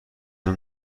اون